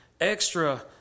extra